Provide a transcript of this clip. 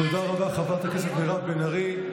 תודה רבה, חברת הכנסת מירב בן ארי.